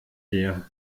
dir